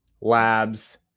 labs